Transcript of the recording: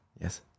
Yes